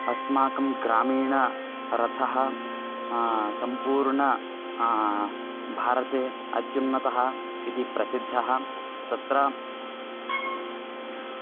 अस्माकं ग्रामीणरथः सम्पूर्णे भारते अत्युन्नतः इति प्रसिद्धः तत्र